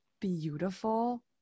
beautiful